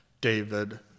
David